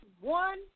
one